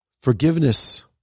Forgiveness